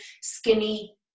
skinny